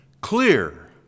clear